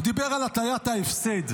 הוא דיבר על הטיית ההפסד.